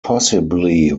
possibly